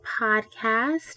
podcast